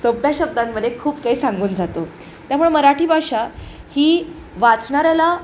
सोप्या शब्दांमध्ये खूप काही सांगून जातो त्यामुळे मराठी भाषा ही वाचणाऱ्याला